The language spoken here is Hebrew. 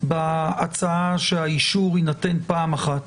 בהצעה שהאישור יינתן פעם אחת.